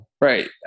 Right